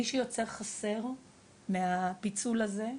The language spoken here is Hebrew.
מי שיוצא חסר מהפיצול הזה,